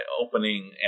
opening